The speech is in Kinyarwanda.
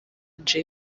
jay